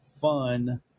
fun